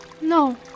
No